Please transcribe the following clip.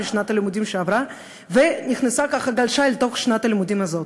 משנת הלימודים שעברה וגלשה לתוך שנת הלימודים הזאת.